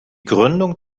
gründung